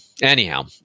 anyhow